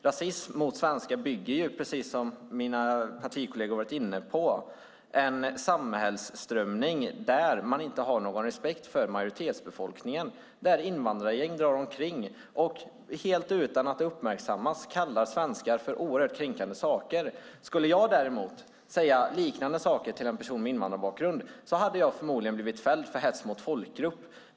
Precis som mina partikolleger varit inne på bygger rasism mot svenskar på en samhällsströmning där man inte har någon respekt för majoritetsbefolkningen, där invandrargäng drar omkring och kallar svenskar för oerhört kränkande saker, helt utan att detta uppmärksammas. Skulle jag däremot säga liknande saker till en person med invandrarbakgrund hade jag förmodligen blivit fälld för hets mot folkgrupp.